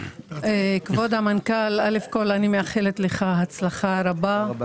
כבוד המנכ"ל, קודם כול אני מאחלת לך הצלחה רבה.